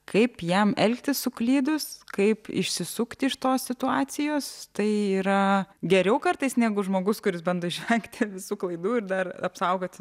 kaip jam elgtis suklydus kaip išsisukti iš tos situacijos tai yra geriau kartais negu žmogus kuris bando išvengti visų klaidų ir dar apsaugoti